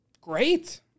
great